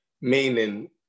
meaning